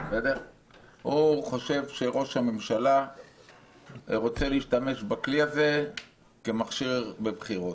הוא חושב שראש הממשלה רוצה להשתמש בכלי הזה כמכשיר בבחירות.